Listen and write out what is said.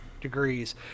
degrees